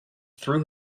threw